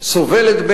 סובלת,